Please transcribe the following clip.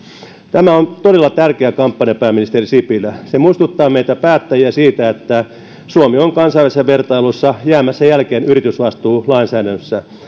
tämä on todella tärkeä kampanja pääministeri sipilä se muistuttaa meitä päättäjiä siitä että suomi on kansainvälisessä vertailussa jäämässä jälkeen yritysvastuulainsäädännöstä